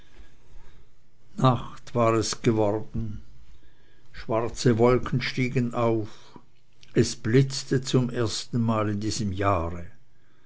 nacht war es geworden schwarze wolken stiegen auf es blitzte zum ersten male in diesem jahre